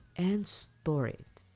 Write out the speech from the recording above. and store it.